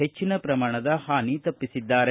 ಹೆಚ್ಚಿನ ಪ್ರಮಾಣದ ಹಾನಿ ತಪ್ಪಿಸಿದ್ದಾರೆ